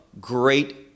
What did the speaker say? great